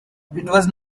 was